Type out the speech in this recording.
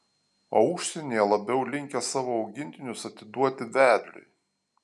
o užsienyje labiau linkę savo augintinius atiduoti vedliui